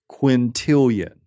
quintillion